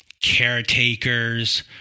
Caretakers